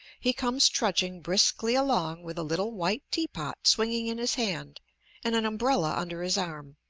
he comes trudging briskly along with a little white tea-pot swinging in his hand and an umbrella under his arm.